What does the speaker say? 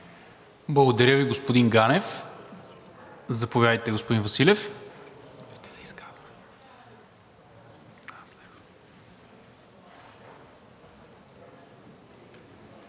Благодаря Ви, господин Ганев. Заповядайте, господин Василев.